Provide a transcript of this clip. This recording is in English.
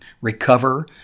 recover